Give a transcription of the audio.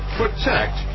protect